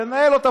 תנהל אותה,